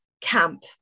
camp